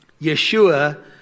Yeshua